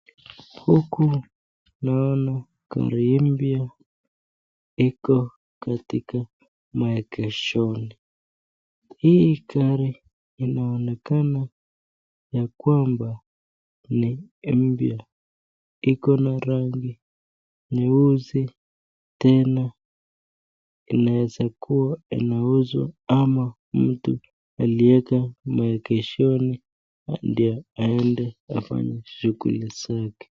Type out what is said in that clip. Huku naona gari mpya iko katika maegeshoni. Hii gari inaonekana ya kwamba ni mpya, iko na rangi nyeusi tena inaweza kua inauzwa ama mtu alieka maegezoni ili aende afanye mashughuli zake.